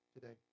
today